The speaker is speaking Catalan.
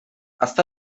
està